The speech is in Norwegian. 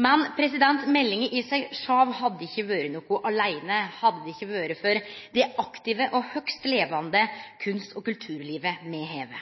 Men meldinga i seg sjølv hadde ikkje vore noko aleine, hadde det ikkje vore for det aktive og høgst levande kunst- og kulturlivet me har.